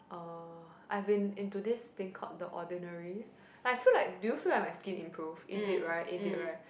uh I've been into this thing called the ordinary like I feel like do you feel like my skin improve it did right it did right